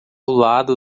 lado